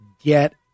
get